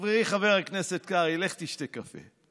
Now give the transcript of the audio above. חברי חבר הכנסת קרעי, לך תשתה קפה.